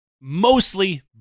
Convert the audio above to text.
mostly